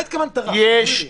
מה התכוונת רך, תסביר לי.